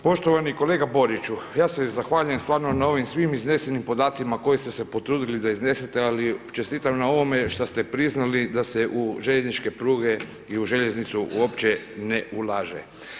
Poštovani kolega Boriću, ja se zahvaljujem stvarno na ovim svim iznesenim podacima koje ste se potrudili da iznesete, ali čestitam na ovome što ste priznali da se u željezničke pruge i u željeznicu uopće ne ulaže.